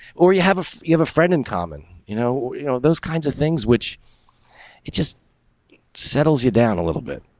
or you have a you have a friend in common, you know, you know those kinds of things, which it just settles you down a little bit,